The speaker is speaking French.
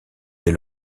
dès